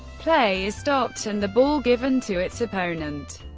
play is stopped and the ball given to its opponent.